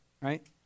right